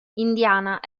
indiana